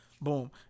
boom